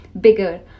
bigger